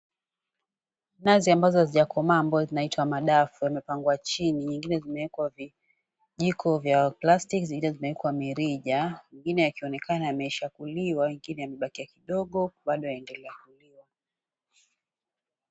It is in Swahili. Nazi ambazo hazijakoma ambazo zinazoitwa madafu yamepangwa chini, nyingine imekwa vijiko vya plastiki zingine zimeekwa mirinja ingine yakionekana imeshakuliwa ingine imebaki kidogo bado yaendeleakuliwa.